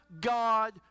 God